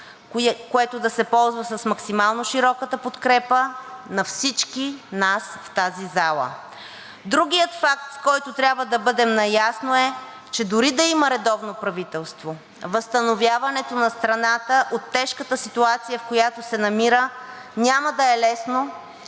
което да се ползва с максимално широката подкрепа на всички нас в тази зала. Другият факт, с който трябва да бъдем наясно, е, че дори да има редовно правителство, възстановяването на страната от тежката ситуация, в която се намира, няма да е лесно